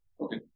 Okay